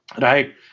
right